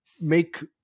make